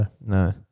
No